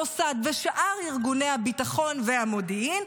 המוסד ושאר ארגוני הביטחון והמודיעין,